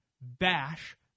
bash